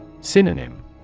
Synonym